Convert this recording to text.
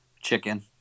Chicken